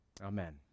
Amen